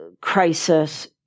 crisis